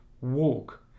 walk